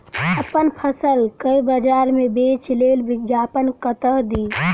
अप्पन फसल केँ बजार मे बेच लेल विज्ञापन कतह दी?